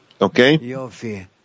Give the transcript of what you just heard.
Okay